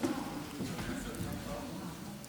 חבריי חברי הכנסת, אומנם הצעת